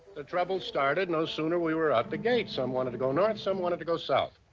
the trouble started no sooner we were out the gate. some wanted to go north some wanted to go south.